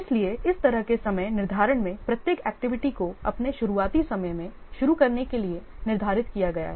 इसलिए इस तरह के समय निर्धारण में प्रत्येक एक्टिविटी को अपने शुरुआती समय में शुरू करने के लिए निर्धारित किया गया है